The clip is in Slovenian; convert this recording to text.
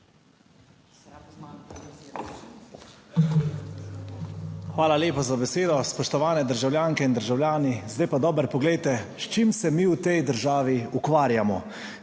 Hvala lepa za besedo. Spoštovani državljanke in državljani, zdaj pa dobro poglejte, s čim se mi v tej državi ukvarjamo.